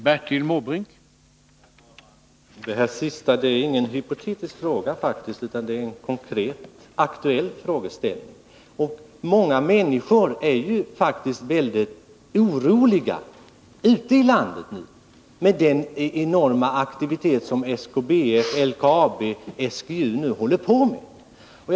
Herr talman! Det sista är faktiskt inte en hypotetisk utan en konkret och aktuell frågeställning. Många människor ute i landet är nu väldigt oroliga med anledning av den enorma aktivitet som SKBF, LKAB och SGU utövar på detta område.